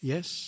Yes